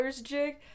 jig